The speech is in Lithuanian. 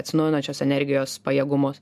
atsinaujinančios energijos pajėgumus